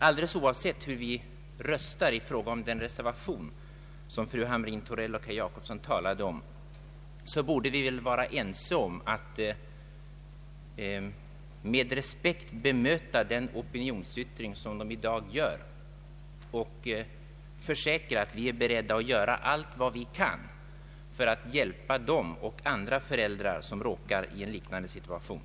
Alldeles oavsett hur vi röstar i fråga om den reservation som fru Hamrin Thorell och herr Per Jacobsson talat för borde vi vara ense om att med respekt Om samhällets vårduppgifter m.m. och sympati bemöta opinionsyttringen i dag från dessa föräldrar och försäkra, att vi är beredda att göra allt vi kan för att hjälpa dem och andra föräldrar som råkar i en liknande situation.